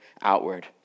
outward